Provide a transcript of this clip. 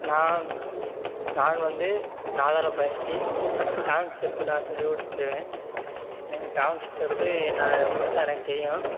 நான் நான் வந்து நாடகப் பயிற்சி டான்ஸ் ஸ்டெப்பு நான் சொல்லிக் கொடுத்துடுவேன் எனக்கு டான்ஸ் ஸ்டெப்பே நான் முழுதா எனக்கு தெரியும்